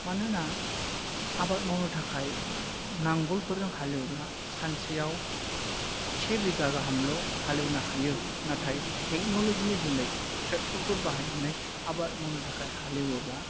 मानोना आबाद मावनो थाखाय नांगोलफोरजों हालेवब्ला सानसेयाव से बिगा गाहामल' हालेवनो हायो नाथाय टेकन'लजिनि जुनै ट्रेक्टरफोर बाहायनानै आबाद मावनो थाखाय हालेवोब्ला